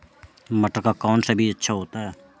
मटर का कौन सा बीज अच्छा होता हैं?